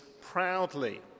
proudly